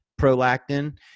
prolactin